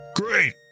Great